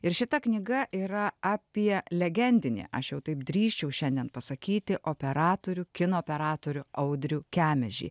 ir šita knyga yra apie legendinį aš jau taip drįsčiau šiandien pasakyti operatorių kino operatorių audrių kemežį